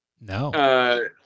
No